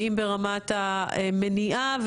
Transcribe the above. ואם ברמת המניעה,